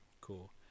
cool